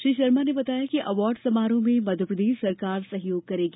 श्री शर्मा ने बताया कि अवार्ड समारोह में मध्यप्रदेश सरकार सहयोग करेगी